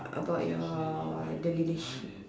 about your the leadership